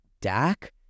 Dak